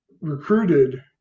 recruited